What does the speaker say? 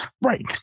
right